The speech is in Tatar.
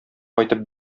кайтып